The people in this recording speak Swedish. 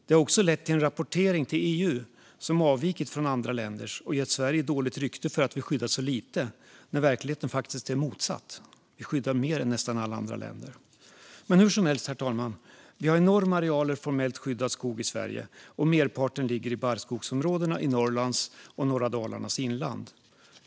Det har också lett till en rapportering till EU som har avvikit från andra länders och gett Sverige dåligt rykte för att vi har skyddat så lite, när verkligheten faktiskt är den motsatta - vi skyddar mer än nästan alla andra länder. Hur som helst, herr talman, har vi enorma arealer formellt skyddad skog i Sverige, och merparten ligger i barrskogsområden i Norrlands och norra Dalarnas inland.